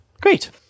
Great